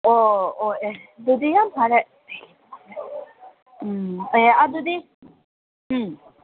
ꯑꯣ ꯑꯣ ꯑꯦ ꯑꯗꯨꯗꯤ ꯌꯥꯝ ꯐꯔꯦ ꯑꯦ ꯑꯗꯨꯗꯤ ꯎꯝ